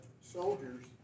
soldiers